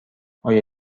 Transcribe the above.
آیا